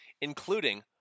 including